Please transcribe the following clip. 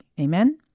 Amen